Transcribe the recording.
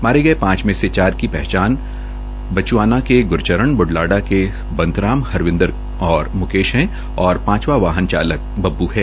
मारे गये पांच में चार की पहचान बच्च्आना के ग्रचरण ब् लाडा क बतूराम हरविंदर और म्केश है और पांचवा वाहन चालक बब्बू है